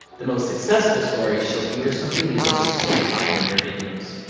the most successful stories show viewers something new that they can't find in your videos.